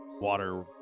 water